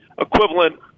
equivalent